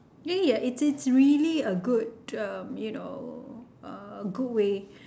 ya ya its its really a good um you know uh a good way